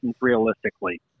realistically